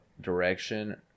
direction